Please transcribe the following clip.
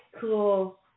Cool